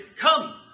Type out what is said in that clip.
Come